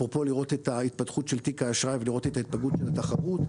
אפרופו לראות את ההתפתחות של תיק האשראי ולראות את ההתפלגות של התחרות.